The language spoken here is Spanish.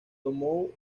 tomó